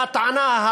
הטענה,